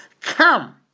come